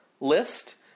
list